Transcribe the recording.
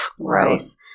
gross